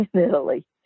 Italy